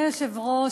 אדוני היושב-ראש,